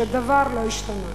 שדבר לא השתנה.